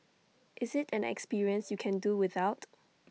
is IT an experience you can do without